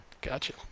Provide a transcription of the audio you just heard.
Gotcha